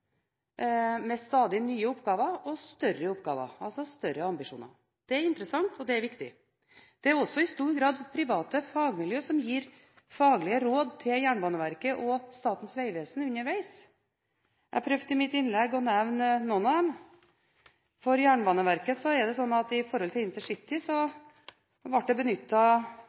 med stadig nye oppgaver og større oppgaver, altså større ambisjoner. Det er interessant, og det er viktig. Det er også i stor grad private fagmiljø som gir faglige råd til Jernbaneverket og Statens vegvesen underveis. Jeg prøvde i mitt innlegg å nevne noen av dem. For Jernbaneverket er det slik at i forhold til intercity ble det